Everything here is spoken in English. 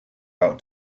out